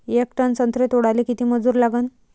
येक टन संत्रे तोडाले किती मजूर लागन?